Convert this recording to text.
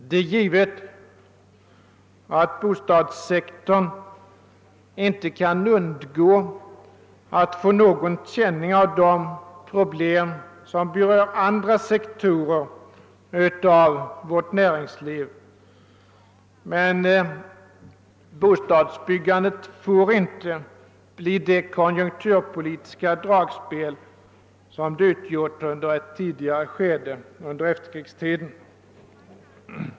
Det är givet att bostadssektorn inte kan undgå att få känning av de problem som berör andra sektorer av vårt näringsliv, men bostadsbyggandet får inte bli det konjunkturpolitiska dragspel som det varit under tidigare skede av efterkrigstiden.